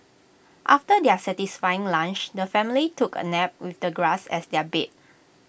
after their satisfying lunch the family took A nap with the grass as their bed